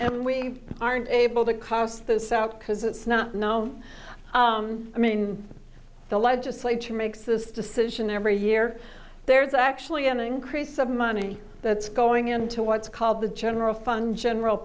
we aren't able to cross the south because it's not known i mean the legislature makes this decision every year there's actually an increase of money that's going into what's called the general fund general